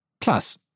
Plus